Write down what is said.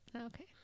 Okay